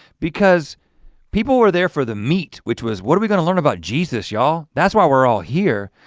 because people were there for the meat which was what are we gonna learn about jesus, y'all that's why we're all here.